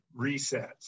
resets